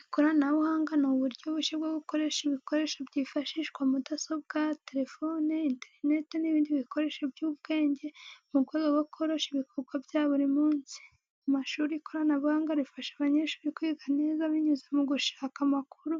Ikoranabuhanga ni uburyo bushya bwo gukoresha ibikoresho byifashisha mudasobwa, telefoni, interineti n’ibindi bikoresho by’ubwenge mu rwego rwo koroshya ibikorwa bya buri munsi. Mu mashuri, ikoranabuhanga rifasha abanyeshuri kwiga neza binyuze mu gushaka amakuru,